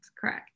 correct